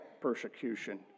persecution